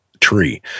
tree